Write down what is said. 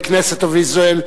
the Knesset of Israel.